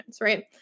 right